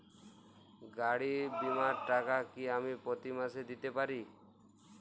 গাড়ী বীমার টাকা কি আমি প্রতি মাসে দিতে পারি?